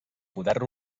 poder